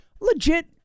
legit